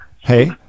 hey